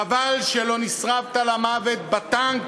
חבל שלא נשרפת למוות בטנק,